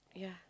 yeah